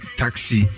taxi